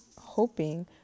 hoping